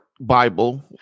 Bible